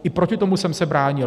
I proti tomu jsem se bránil.